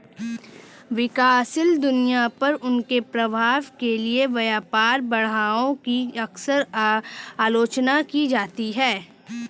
विकासशील दुनिया पर उनके प्रभाव के लिए व्यापार बाधाओं की अक्सर आलोचना की जाती है